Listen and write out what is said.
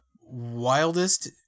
wildest